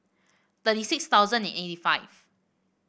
thirty six thousand and eighty five